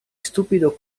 stupido